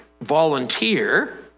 volunteer